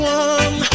one